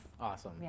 awesome